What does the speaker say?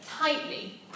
tightly